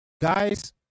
guys